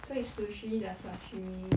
所以 sushi 加 sashimi